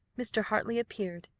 mr. hartley appeared,